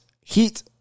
Heat